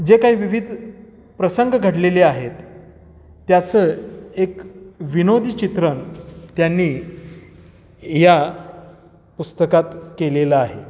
जे काही विविध प्रसंग घडलेले आहेत त्याचं एक विनोदी चित्रण त्यांनी या पुस्तकात केलेलं आहे